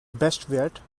bestwert